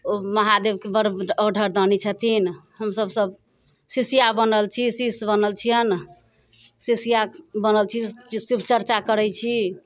ओ महादेबके बड़ ऑढ़रदानी छथिन हमसभ सभ शिष्या बनल छी शिष्य बनल छियनि शिष्या बनल छी शिवचर्चा करै छी